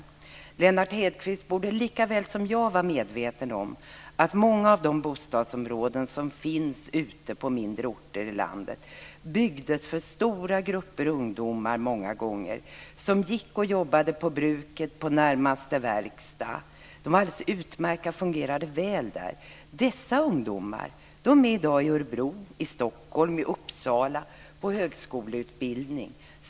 Lennart Hedquist borde likaväl som jag vara medveten om att många av de bostadsområden som finns ute på mindre orter i landet byggdes för stora grupper ungdomar, som gick och jobbade på bruket och på närmaste verkstad. De var utmärkta och fungerade väl där. Dessa ungdomar är i dag i Örebro, Stockholm och Uppsala på högskoleutbildning.